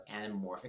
anamorphic